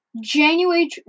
January